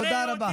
תודה רבה.